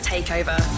Takeover